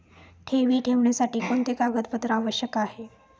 ठेवी ठेवण्यासाठी कोणते कागदपत्रे आवश्यक आहे?